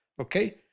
Okay